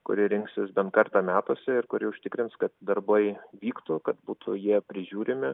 kuri rinksis bent kartą metuose ir kuri užtikrins kad darbai vyktų kad būtų jie prižiūrimi